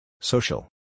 Social